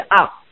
up